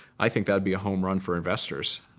i think that would be a home run for investors.